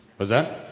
was that?